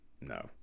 no